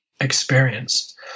experience